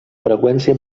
freqüència